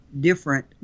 different